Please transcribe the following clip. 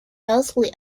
mostly